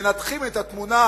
מנתחים את התמונה,